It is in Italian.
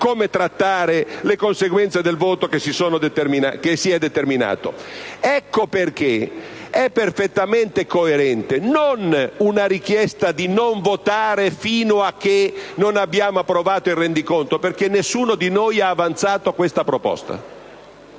come trattare le conseguenze del voto che si è determinato. Ecco perché è perfettamente coerente non una richiesta di non votare fino a che non abbiamo approvato il rendiconto (perché nessuno di noi ha avanzato questa proposta),